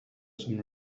some